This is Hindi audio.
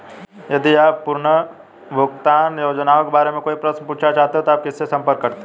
यदि आप पुनर्भुगतान योजनाओं के बारे में कोई प्रश्न पूछना चाहते हैं तो आप किससे संपर्क करते हैं?